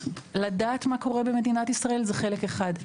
לדעת מה קורה במדינת ישראל זה חלק אחד.